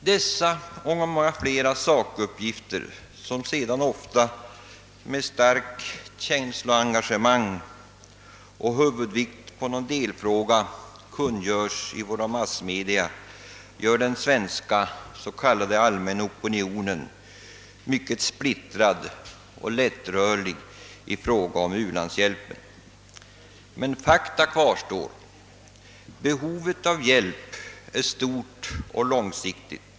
Dessa och många andra sakuppgifter, som sedan ofta med starkt känsloengagemang och huvudvikten lagd på någon delfråga kungörs i våra massmedia, medför att den svenska s.k. allmänna opinionen är mycket splittrad och lättrörlig i fråga om u-landshjälpen. Men faktum kvarstår att behovet av hjälp är stort och långsiktigt.